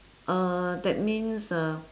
uh that means uh